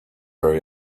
very